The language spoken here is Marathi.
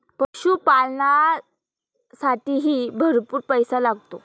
पशुपालनालासाठीही भरपूर पैसा लागतो